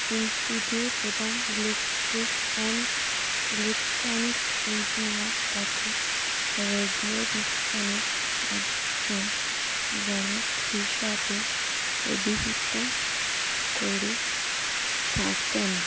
institute এবং electric and electronics engineer তাকে radio বিজ্ঞানে একজন জনক হিসাবে অভিহিত করে থাকেন